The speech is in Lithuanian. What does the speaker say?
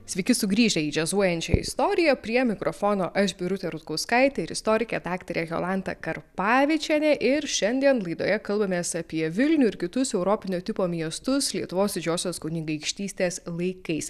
sveiki sugrįžę į džiazuojančią istoriją prie mikrofono aš birutė rutkauskaitė ir istorikė daktarė jolanta karpavičienė ir šiandien laidoje kalbamės apie vilnių ir kitus europinio tipo miestus lietuvos didžiosios kunigaikštystės laikais